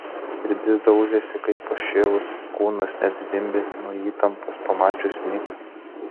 širdis daužėsi kaip pašėlusi kūnas net zvimbė nuo įtampos pamačius niką